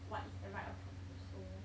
what is the right approach also